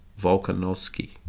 volkanovsky